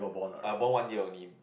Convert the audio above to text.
above one year only